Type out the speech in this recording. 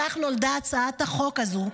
כך נולדה הצעת החוק הזו,